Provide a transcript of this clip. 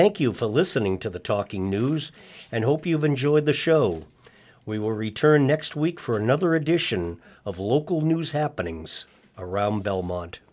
thank you for listening to the talking news and hope you've enjoyed the show we were return next week for another edition of local news happening around belmont